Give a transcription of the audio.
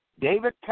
David